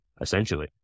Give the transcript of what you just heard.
essentially